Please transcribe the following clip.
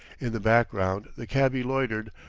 in the background the cabby loitered,